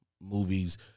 movies